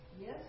Yes